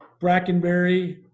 Brackenberry